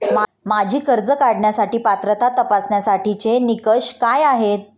माझी कर्ज काढण्यासाठी पात्रता तपासण्यासाठीचे निकष काय आहेत?